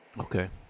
Okay